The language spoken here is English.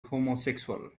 homosexual